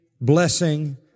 blessing